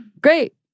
great